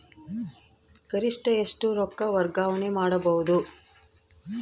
ಗರಿಷ್ಠ ಎಷ್ಟು ರೊಕ್ಕ ವರ್ಗಾವಣೆ ಮಾಡಬಹುದು?